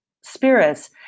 spirits